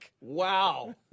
Wow